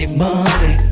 money